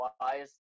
wise